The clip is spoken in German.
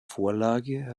vorlage